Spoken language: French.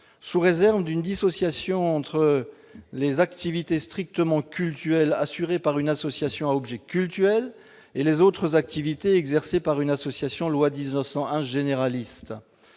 sous réserve d'une dissociation entre les activités strictement cultuelles assurées par une association à objet cultuel et les autres activités exercées par une association généraliste,